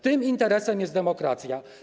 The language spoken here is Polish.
Tym interesem jest demokracja.